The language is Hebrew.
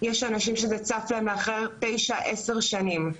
יש אנשים שזה צף אצלם אחרי תשע-עשר שנים,